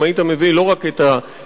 אם היית מביא לא רק את השיר,